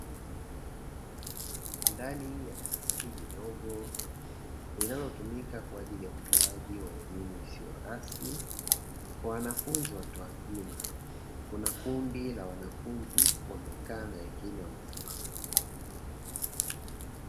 Ndani ya darasa hili dogo linalotumika kwa ajili ya utoaji wa elimu isiyo rasmi kwa wanafunzi watu wazima, kuna kundi la wanafunzi wamekaa na wengine wamesimama.